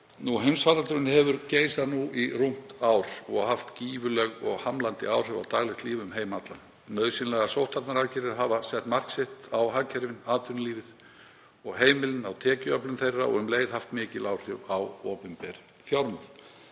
Heimsfaraldur hefur geisað nú í rúmt ár og haft gífurleg og hamlandi áhrif á daglegt líf um heim allan. Nauðsynlegar sóttvarnaaðgerðir hafa sett mark sitt á hagkerfið, atvinnulífið og heimilin, á tekjuöflun þeirra og um leið haft mikil áhrif á opinber fjármál.